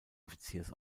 offiziers